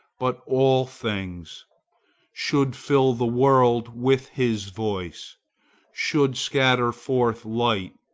but all things should fill the world with his voice should scatter forth light,